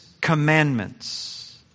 commandments